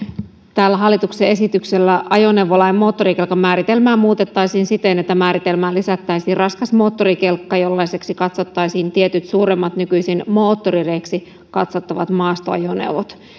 tällä hallituksen esityksellä ajoneuvolain moottorikelkan määritelmää muutettaisiin siten että määritelmään lisättäisiin raskas moottorikelkka jollaiseksi katsottaisiin tietyt suuremmat nykyisin moottorireeksi katsottavat maastoajoneuvot